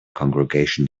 congregation